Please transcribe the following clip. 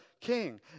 king